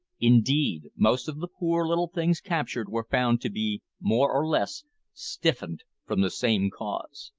indeed, most of the poor little things captured were found to be more or less stiffened from the same cause.